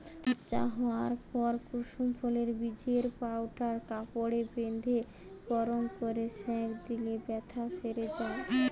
বাচ্চা হোয়ার পর কুসুম ফুলের বীজের পাউডার কাপড়ে বেঁধে গরম কোরে সেঁক দিলে বেথ্যা সেরে যায়